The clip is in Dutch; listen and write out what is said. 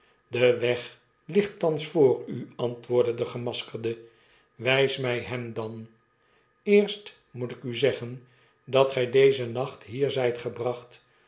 de weg ligt thans voor u antwoordde de gemaskerde wijs mjj hem dan b eerst moet ik u zeggen dat gy dezen nacht hier zijt gebracht